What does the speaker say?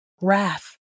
wrath